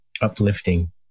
uplifting